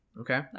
Okay